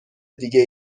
دیگه